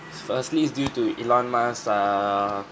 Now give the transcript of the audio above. firstly it's due to elon musk's err